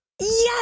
Yes